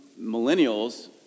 Millennials